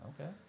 Okay